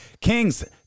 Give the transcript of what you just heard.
Kings